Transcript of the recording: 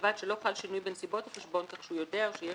ובלבד שלא חל שינוי בנסיבות החשבון כך שהוא יודע או שיש